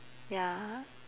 ya